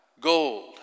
gold